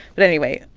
but anyway,